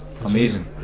amazing